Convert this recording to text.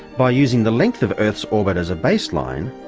by using the length of earth's orbit as a baseline,